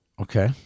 Okay